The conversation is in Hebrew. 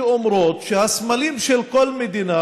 שאומרות שהסמלים של כל מדינה